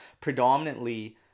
predominantly